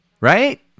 Right